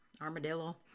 armadillo